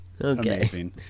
Okay